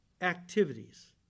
activities